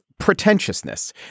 pretentiousness